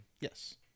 Yes